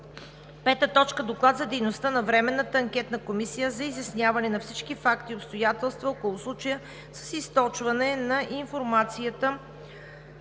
2019 г. 5. Доклад за дейността на Временната анкетна комисия за изясняване на всички факти и обстоятелства около случая с източване на информацията